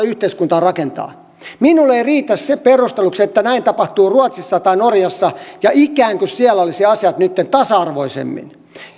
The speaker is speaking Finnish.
yhteiskuntaa rakentaa minulle ei riitä se perusteluksi että näin tapahtuu ruotsissa tai norjassa ja ikään kuin siellä olisivat asiat nytten tasa arvoisemmin